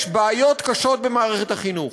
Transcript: יש בעיות קשות במערכת החינוך,